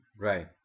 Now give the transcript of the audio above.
Right